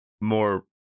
more